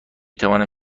توانم